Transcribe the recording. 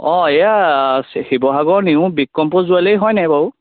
অ এইয়া শিৱসাগৰ নিউ বিকম্প'জ জুৱেলাৰী হয়নে বাৰু